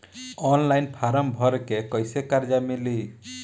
Online form भर के कैसे कर्जा मिली?